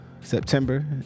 September